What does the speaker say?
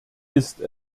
ist